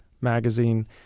magazine